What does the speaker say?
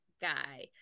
guy